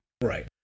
Right